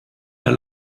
der